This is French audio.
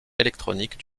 électroniques